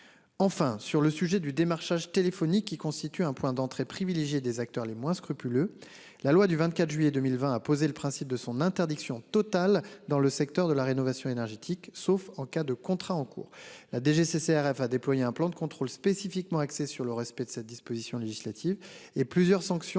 Enfin sur le sujet du démarchage téléphonique qui constitue un point d'entrée privilégié des acteurs les moins scrupuleux. La loi du 24 juillet 2020 a posé le principe de son interdiction totale dans le secteur de la rénovation énergétique, sauf en cas de contrats en cours. La DGCCRF a déployé un plan de contrôle spécifiquement axée sur le respect de cette disposition législative et plusieurs sanctions